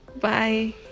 Bye